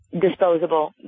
disposable